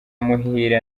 muhire